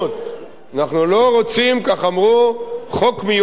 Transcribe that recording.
אנחנו לא רוצים, כך אמרו, חוק מיוחד לנו.